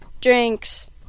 drinks